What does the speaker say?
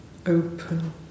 open